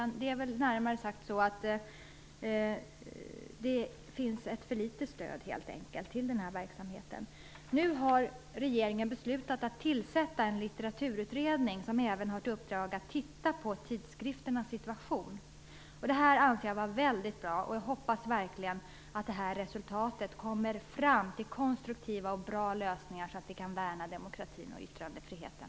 Men det är närmare sagt så att det finns för litet stöd till den här verksamheten. Nu har regeringen beslutat att tillsätta en litteraturutredning, som även har till uppdrag att titta på tidskrifternas situation. Det anser jag vara väldigt bra. Jag hoppas verkligen att det resulterar i konstruktiva och bra lösningar så att vi kan värna demokratin och yttrandefriheten.